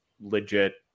legit